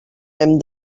hem